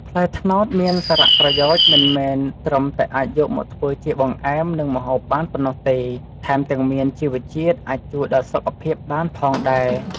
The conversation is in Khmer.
ផ្លែត្នោតមានសារៈប្រយោជន៍ មិនមែនត្រឹមតែអាចយកធ្វើជាបង្អែម និងម្ហូបបានប៉ុណ្ណោះទេ ថែមទាំងមានជីវជាតិអាចជួយដល់សុខភាពបានផងដែរ។